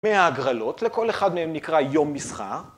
מאה הגרלות, לכל אחד מהן נקרא יום מסחר.